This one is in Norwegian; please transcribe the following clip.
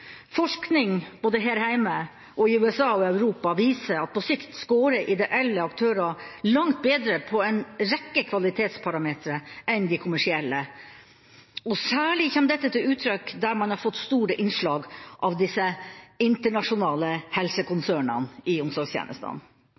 Forskning både her heime og i USA og Europa viser at på sikt scorer ideelle aktører langt bedre på en rekke kvalitetsparametere enn de kommersielle, og særlig kommer dette til uttrykk der man har fått store innslag av disse internasjonale helsekonsernene i omsorgstjenestene.